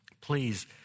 please